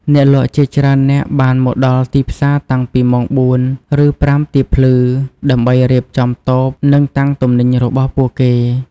អ្នកលក់ជាច្រើននាក់បានមកដល់ទីផ្សារតាំងពីម៉ោង ៤ ឬ ៥ ទៀបភ្លឺ ដើម្បីរៀបចំតូប និងតាំងទំនិញរបស់ពួកគេ។